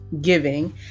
giving